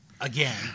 again